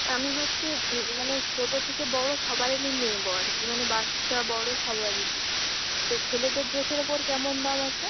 আমি হচ্ছে মানে ছোটো থেকে বড়ো সবারিরই নেবো আর কি মানে বাচ্চা বড়ো সবারিরই তো ছেলেদের ডেসের ওপর কেমন দাম আছে